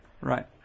Right